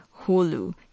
Hulu